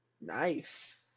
Nice